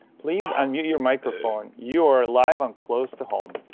please unmute your microphone. you are live on close to home.